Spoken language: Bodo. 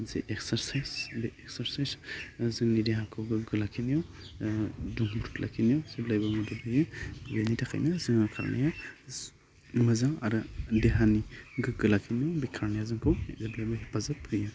जे एकसारसाइस बे एकसारसाइस जोंनि देहाखौ गोग्गो लाखिनायाव दुंब्रुद लाखिनायाव जेब्लायबो मदद होयो बेनि थाखायनो जोङो खारनाया मोजां आरो देहानि गोग्गो लाखिनायाव बे खारनाया जोंखौ जेब्लायबो हेफाजाब होयो